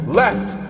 left